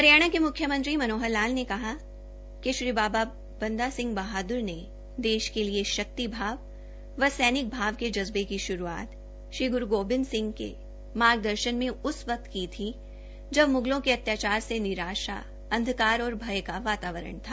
हरियाणा के मुख्यमंत्री श्री मनोहर लाल ने कहा कि श्री बाबा बंदा सिंह बहाद्र ने देश के लिए शक्ति भाव व सैनिक भाव के जज्बे की श्रुआत श्री ग्रु गोविंद सिंह के मार्गदर्शन में उस वक्त की थी जब म्गलों के अत्याचार से निराशा अंधकार और भय का वातावरण था